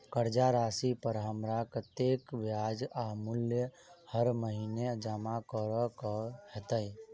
कर्जा राशि पर हमरा कत्तेक ब्याज आ मूल हर महीने जमा करऽ कऽ हेतै?